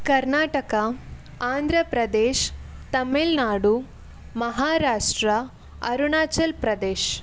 Karnataka Andhra Pradesh Tamil Nadu Maharashtra Arunachal Pradesh